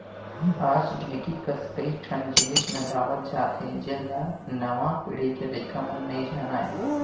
आज ढेंकी कस कई ठन जिनिस नंदावत जात हे जेन ल नवा पीढ़ी के लइका मन नइ जानयँ